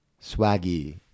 Swaggy